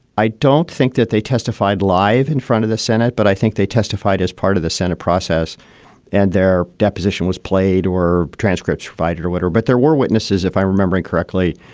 i don't think that they testified live in front of the senate. but i think they testified as part of the senate process and their deposition was played or transcripts, fighter or whatever. but there were witnesses, if i remember correctly,